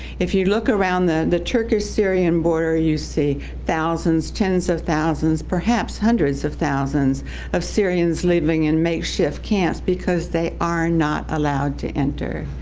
if you look around the the turkish-syrian border, you see thousands, tens of thousands, perhaps hundreds of thousands of syrians living in makeshift camps because they are not allowed to enter.